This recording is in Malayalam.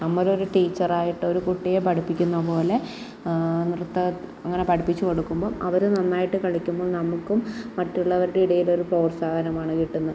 നമ്മളൊര് ടീച്ചറായിട്ടൊര് കുട്ടിയെ പഠിപ്പിക്കുന്നത് പോലെ നൃത്തം അങ്ങനെ പഠിപ്പിച്ച് കൊടുക്കുമ്പം അവര് നന്നായിട്ട് കളിക്കുമ്പോൾ നമുക്കും മറ്റുള്ളവരുടെ ഇടയിലൊര് പ്രോത്സാഹനമാണ് കിട്ടുന്നത്